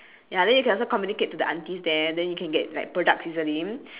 ya then you can also communicate to the aunties there then you can get like products easily